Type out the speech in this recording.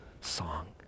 song